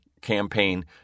campaign